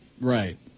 Right